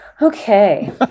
Okay